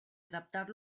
adaptar